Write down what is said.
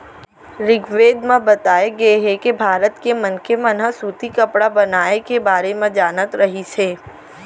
ऋगवेद म बताए गे हे के भारत के मनखे मन ह सूती कपड़ा बनाए के बारे म जानत रहिस हे